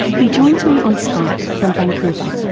he joins me on skype from vancouver.